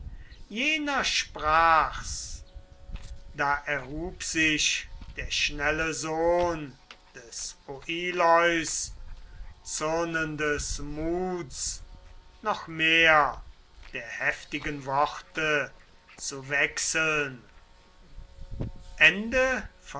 jener sprach's da erhub sich der schnelle sohn des oileus zürnendes muts noch mehr der heftigen worte zu wechseln